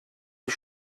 die